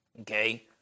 okay